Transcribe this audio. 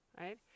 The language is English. right